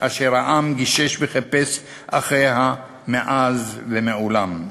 אשר האדם גישש וחיפש אחריה מאז ומעולם.